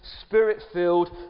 spirit-filled